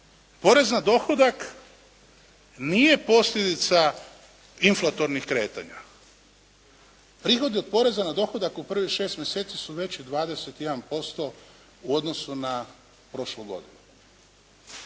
porez na dohodak nije posljedica inflatornih kretanja. Prihodi od poreza na dohodak u prvih 6 mjeseci su veći 21% u odnosu na prošlu godinu.